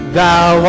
thou